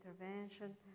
intervention